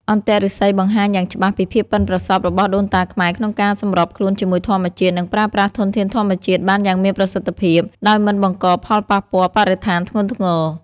អន្ទាក់ឫស្សីបង្ហាញយ៉ាងច្បាស់ពីភាពប៉ិនប្រសប់របស់ដូនតាខ្មែរក្នុងការសម្របខ្លួនជាមួយធម្មជាតិ និងប្រើប្រាស់ធនធានធម្មជាតិបានយ៉ាងមានប្រសិទ្ធភាព ដោយមិនបង្កផលប៉ះពាល់បរិស្ថានធ្ងន់ធ្ងរ។